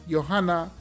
Johanna